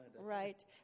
Right